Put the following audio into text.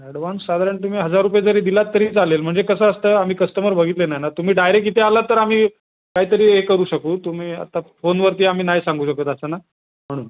advance साधारण तुम्ही हजार रुपये जरी दिलात तरीही चालेल म्हणजे कसं असतं आम्ही कस्टमर बघितले नाही ना तुम्ही डायरेक्ट इथे आलात तर आम्ही काही तरी हे करू शकू तुम्ही आता फोनवरती आम्ही नाही सांगू शकत असं ना म्हणून